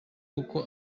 kuko